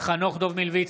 חנוך דב מלביצקי,